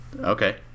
okay